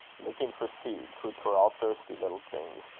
looking for seeds which were all thirsty little things,